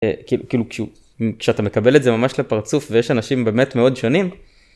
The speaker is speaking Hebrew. כאילו כשאתה מקבל את זה ממש לפרצוף ויש אנשים באמת מאוד שונים.